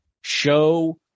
show